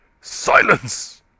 Silence